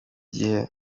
gihe